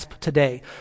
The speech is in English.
today